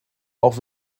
auch